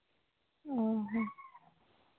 ᱚ ᱦᱚᱸ